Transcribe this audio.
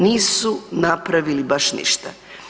Nisu napravili baš ništa.